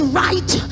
right